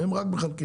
הם רק מחלקים.